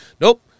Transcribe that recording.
Nope